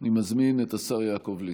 אני מזמין את השר יעקב ליצמן.